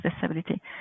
disability